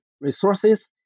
resources